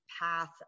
path